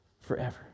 forever